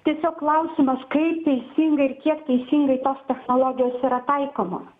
tiesiog klausimas kaip teisingai ir kiek teisingai tos technologijos yra taikomos